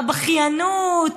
הבכיינות,